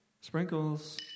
Sprinkles